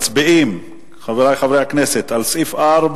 מצביעים, חברי חברי הכנסת, על סעיף 4